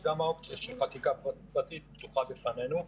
אז גם האופציה של חקיקה פרטית פתוחה בפנינו.